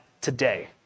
today